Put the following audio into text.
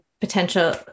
potential